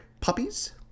Puppies